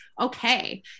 okay